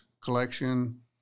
collection